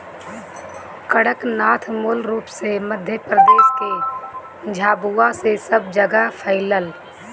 कड़कनाथ मूल रूप से मध्यप्रदेश के झाबुआ से सब जगेह फईलल